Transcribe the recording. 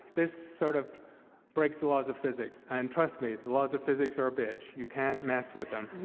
this sort of breaks the laws of physics, and trust me, the laws of physics are a bitch. you can't mess with them.